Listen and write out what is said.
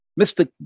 Mr